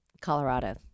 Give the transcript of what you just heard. Colorado